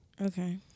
Okay